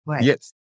Yes